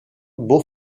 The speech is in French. beaux